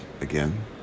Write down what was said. again